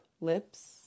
lips